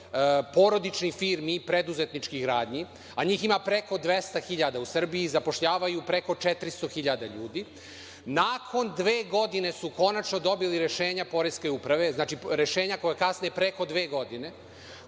porodičnih firmi i preduzetničkih radnji, a njih ima preko 200.000 u Srbiji, zapošljavaju preko 400.000 ljudi, nakon dve godine su konačno dobili rešenja od poreske uprave, dakle rešenja koja kasne preko dve godine